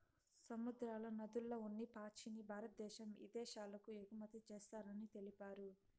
సముద్రాల, నదుల్ల ఉన్ని పాచిని భారద్దేశం ఇదేశాలకు ఎగుమతి చేస్తారని తెలిపారు